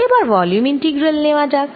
এবার volume integral নেওয়া যাক